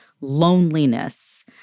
loneliness